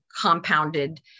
compounded